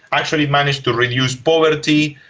actually managed to reduce poverty,